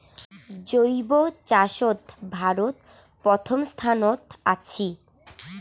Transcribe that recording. জৈব চাষত ভারত প্রথম স্থানত আছি